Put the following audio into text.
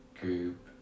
group